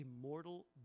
immortal